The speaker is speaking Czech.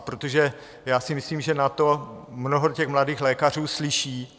Protože si myslím, že na to mnoho těch mladých lékařů slyší.